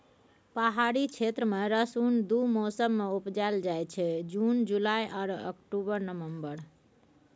पहाड़ी क्षेत्र मे रसुन दु मौसम मे उपजाएल जाइ छै जुन जुलाई आ अक्टूबर नवंबर